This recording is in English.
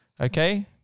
Okay